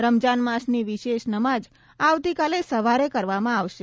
રમજાન માસની વિશેષ નમાજ આવતીકાલે સવારે કરવામાં આવશે